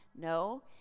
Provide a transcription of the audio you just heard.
No